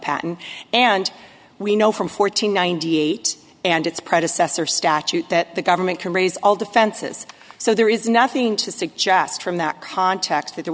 patent and we know from fourteen ninety eight and its predecessor statute that the government can raise all defenses so there is nothing to suggest from that context that there